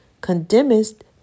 condemnest